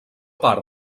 part